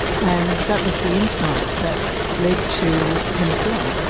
and that was the insight that led to penicillin.